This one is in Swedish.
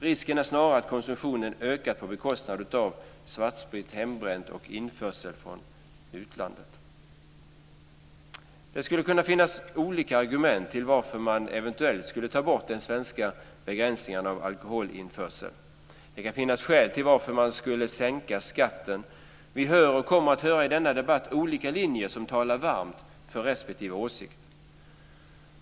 Risken är snarare att konsumtionen ökar på bekostnad av svartsprit, hembränt och införsel från utlandet. Det skulle kunna finnas olika argument för att eventuellt ta bort de svenska begränsningarna av alkoholinförsel. Det kan finnas skäl att sänka skatten. Vi hör och kommer i denna debatt att höra olika linjer som talar varmt för respektive åsikt.